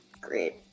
Great